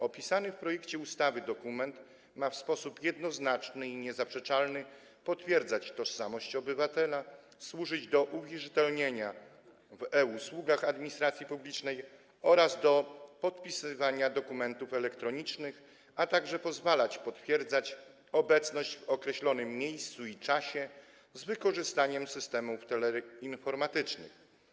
Opisany w projekcie ustawy dokument ma w sposób jednoznaczny i niezaprzeczalny potwierdzać tożsamość obywatela, służyć do uwierzytelnienia w e-usługach administracji publicznej oraz do podpisywania dokumentów elektronicznych, a także pozwalać potwierdzać obecność w określonym miejscu i określonym czasie z wykorzystaniem systemów teleinformatycznych.